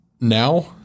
Now